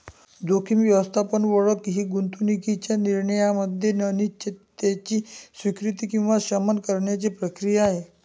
जोखीम व्यवस्थापन ओळख ही गुंतवणूकीच्या निर्णयामध्ये अनिश्चिततेची स्वीकृती किंवा शमन करण्याची प्रक्रिया आहे